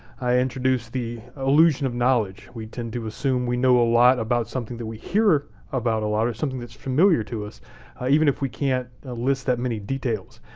i introduced the illusion of knowledge. we tend to assume we know a lot about something that we hear about a lot or something that's familiar to us even if we can't list that many details.